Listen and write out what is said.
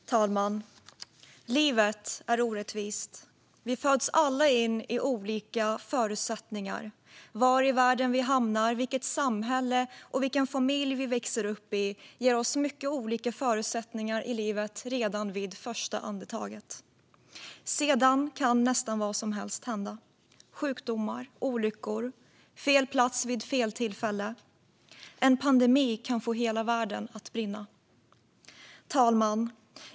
Fru talman! Livet är orättvist. Vi alla föds in i olika förutsättningar. Var i världen vi hamnar, vilket samhälle eller vilken familj vi växer upp i ger oss mycket olika förutsättningar i livet redan vid första andetaget. Sedan kan nästan vad som helst hända: sjukdomar, olyckor eller fel plats vid fel tillfälle. En pandemi kan få hela världen att brinna. Fru talman!